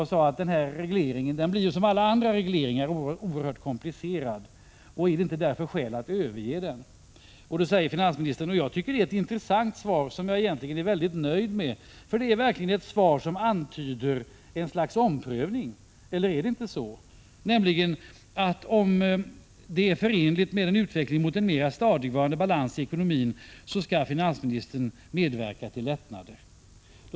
Jag sade att den här regleringen liksom alla andra regleringar blir oerhört komplicerad och undrade om det inte därför finns skäl att överge den. Finansministern svarar —- jag tycker det är ett intressant svar, som jag egentligen är mycket nöjd med, för det är verkligen ett svar som antyder ett slags omprövning, eller är det inte så? — att om det är förenligt med en utveckling mot en stadigvarande balans i ekonomin skall finansministern medverka till lättnader.